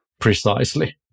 Precisely